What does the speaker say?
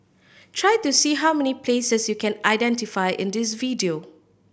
try to see how many places you can identify in this video